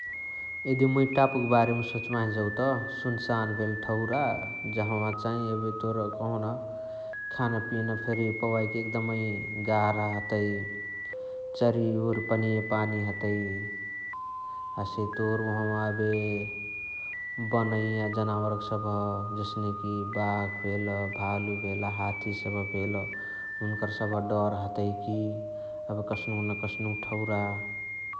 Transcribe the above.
एदी मुई टापुक बारेमा सोचबाही जौत, सुन्सान भेल ठौरा, जाहवा चाई एबे तोर कहोना खान पीन फेरी पवाइके गार्ह हतई, चरीवर पनीए पानी हतई । हसे तोर वहवा एबे बनईया जनावरक सब जसने की बाख भेल, भालु भेल, हाती सब भेल, हुनकर सब डर तोर हतई की, एबे कशनु न कशनु ठौरा ।